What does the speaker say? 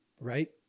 right